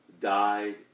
died